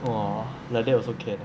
!wah! like that also can